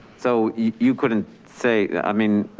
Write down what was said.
so you couldn't say i mean,